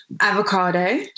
Avocado